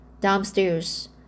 downstairs